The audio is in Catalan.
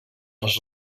les